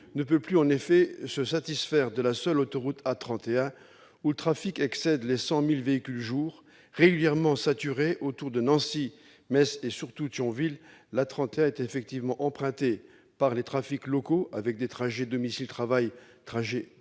ne peut plus, en effet, se satisfaire de la seule autoroute A 31 où le trafic excède les 100 000 véhicules par jour. Régulièrement saturée autour de Nancy, Metz et, surtout, Thionville, l'A 31 est effectivement empruntée pour les trafics locaux avec des trajets domicile-travail- trajets